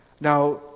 now